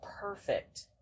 perfect